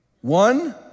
One